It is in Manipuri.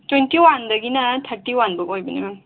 ꯇ꯭ꯋꯦꯟꯇꯤ ꯋꯥꯟꯗꯒꯤꯅ ꯊꯥꯔꯇꯤ ꯋꯥꯟꯕꯧ ꯑꯣꯏꯕꯅꯦ ꯃꯦꯝ